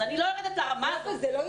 אז אני לא יורדת לרמה הזאת.